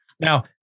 Now